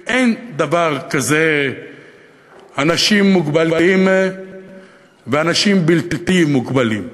אין דבר כזה אנשים מוגבלים ואנשים בלתי מוגבלים.